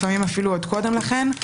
לפעמים אפילו עוד קודם לכן.